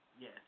Yes